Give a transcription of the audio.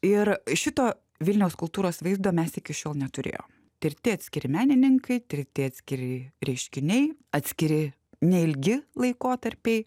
ir šito vilniaus kultūros vaizdo mes iki šiol neturėjom tirti atskiri menininkai tirti atskiri reiškiniai atskiri neilgi laikotarpiai